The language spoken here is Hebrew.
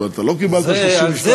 אבל אתה לא קיבלת 30 ומשהו.